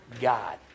God